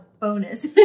bonus